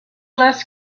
less